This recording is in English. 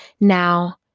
Now